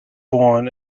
born